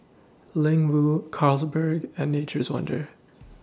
Ling Wu Carlsberg and Nature's Wonders